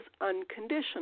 unconditional